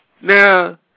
Now